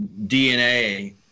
DNA